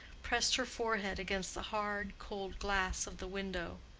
pressed her forehead against the hard, cold glass of the window.